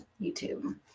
YouTube